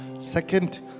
second